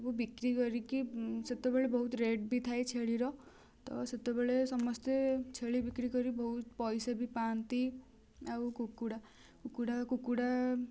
ସବୁ ବିକ୍ରି କରିକି ସେତେବେଳେ ବହୁତ ରେଟ୍ ବି ଥାଏ ଛେଳିର ତ ସେତେବେଳେ ସମସ୍ତେ ଛେଳି ବିକ୍ରି କରି ବହୁତ ପଇସା ବି ପାଆନ୍ତି ଆଉ କୁକୁଡ଼ା କୁକୁଡ଼ା କୁକୁଡ଼ା